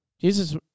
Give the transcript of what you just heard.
Jesus